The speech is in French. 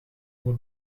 moi